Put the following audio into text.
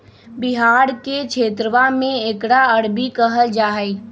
बिहार के क्षेत्रवा में एकरा अरबी कहल जाहई